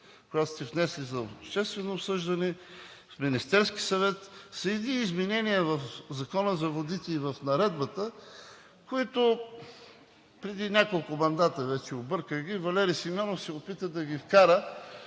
която сте внесли за обществено обсъждане в Министерския съвет, са едни изменения в Закона за водите и в Наредбата, които преди няколко мандата вече – обърках ги, Валери Симеонов се опита да ги вкара